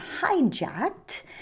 hijacked